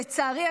לצערי,